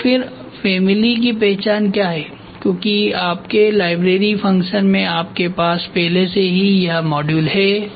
तो फिर फॅमिली की पहचान क्या है क्योंकि आपके लाइब्रेरी फंक्शन में आपके पास पहले से ही यह मॉड्यूल है